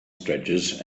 stretches